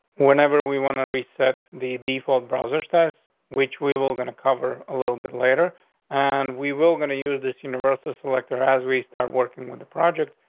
whenever we want to reset the default processed us, which we will going to cover a little bit later on. and we will going to use this university selector as we start working with the project,